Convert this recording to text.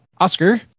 Oscar